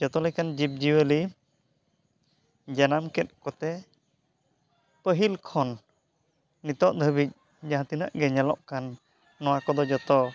ᱡᱚᱛᱚ ᱞᱮᱠᱟᱱ ᱡᱤᱵᱽᱼᱡᱤᱭᱟᱹᱞᱤ ᱡᱟᱱᱟᱢ ᱠᱮᱫ ᱠᱚᱛᱮ ᱯᱟᱹᱦᱤᱞ ᱠᱷᱚᱱ ᱱᱤᱛᱚᱜ ᱫᱷᱟᱹᱵᱤᱡ ᱡᱟᱦᱟᱸ ᱛᱤᱱᱟᱹᱜ ᱜᱮ ᱧᱮᱞᱚᱜ ᱠᱟᱱ ᱱᱚᱣᱟ ᱠᱚᱫᱚ ᱡᱚᱛᱚ